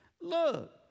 Look